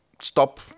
stop